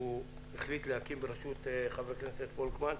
החליט להקים בראשות חבר הכנסת לשעבר פולקמן.